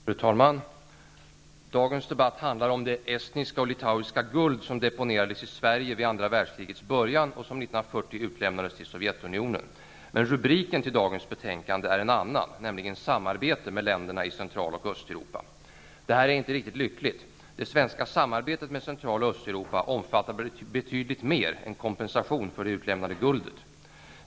Fru talman! Dagens debatt handlar om det estniska och litauiska guld som deponerades i Sverige vid andra världskrigets början och som 1940 utlämnades till Sovjetunionen. Men rubriken till dagens betänkande är en annan, nämligen Det här är inte riktigt lyckligt. Det svenska samarbetet med Central och Östeuropa omfattar betydligt mer är kompensation för det utlämnade guldet.